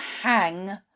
hang